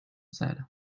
said